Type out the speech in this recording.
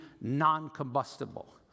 non-combustible